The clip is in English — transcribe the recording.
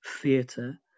theatre